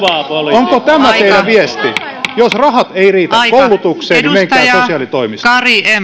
onko tämä teidän viestinne jos rahat eivät riitä koulutukseen menkää sosiaalitoimistoon